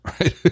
Right